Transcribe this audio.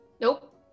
Nope